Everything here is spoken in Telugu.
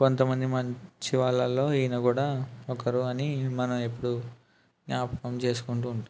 కొంతమంది మంచి వాళ్ళల్లో ఈయన కూడా ఒకరు అని మనం ఇప్పుడూ జ్ఞాపకం చేసుకుంటూ ఉంటాం